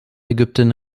ägypten